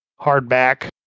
hardback